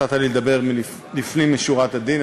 שנתת לי לדבר לפנים משורת הדין,